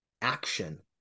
action